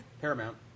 Paramount